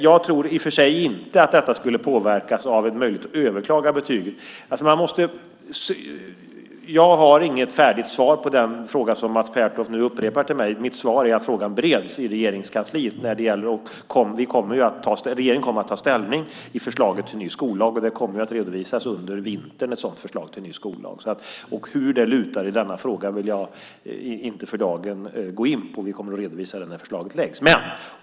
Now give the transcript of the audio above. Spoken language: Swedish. Jag tror i och för sig inte att detta skulle påverkas av en möjlighet att överklaga betyget. Jag har inget färdigt svar på den fråga som Mats Pertoft nu upprepar till mig. Mitt svar är att frågan bereds i Regeringskansliet. Regeringen kommer att ta ställning i förslaget till ny skollag, och ett sådant förslag till ny skollag kommer att redovisas under vintern. Hur det lutar i denna fråga vill jag inte för dagen gå in på. Vi kommer att redovisa det när förslaget läggs fram.